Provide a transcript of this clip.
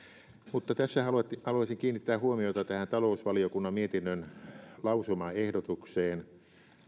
mutta haluaisin kiinnittää huomiota tähän talousvaliokunnan mietinnön lausumaehdotukseen